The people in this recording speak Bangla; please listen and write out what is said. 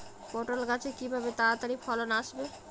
পটল গাছে কিভাবে তাড়াতাড়ি ফলন আসবে?